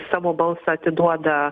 savo balsą atiduoda